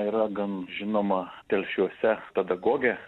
yra gan žinoma telšiuose pedagogė